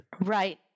Right